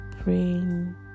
praying